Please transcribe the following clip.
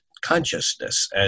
consciousness